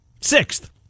sixth